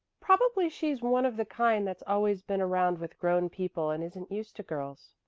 probably she's one of the kind that's always been around with grown people and isn't used to girls,